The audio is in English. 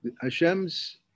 Hashem's